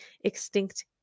extinct